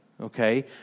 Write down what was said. okay